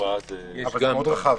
אבל זה מאוד רחב.